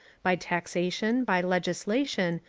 by taxation, by legislation,